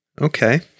Okay